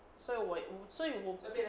所以我无所以我